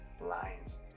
lines